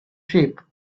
sheep